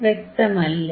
വ്യക്തമല്ലേ